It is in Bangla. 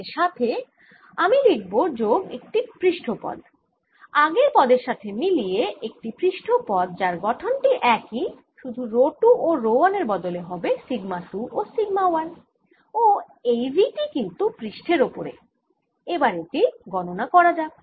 এর সাথে আমি লিখব যোগ একটি পৃষ্ঠ পদ আগের পদের সাথে মিলিয়ে একটি পৃষ্ঠ পদ যার গঠন টি একই শুধু রো 2 ও রো 1 এর বদলে হবে সিগমা 2 ও সিগমা 1 ও এই V টি কিন্তু পৃষ্ঠের ওপরে এবার এটি গণনা করা যাক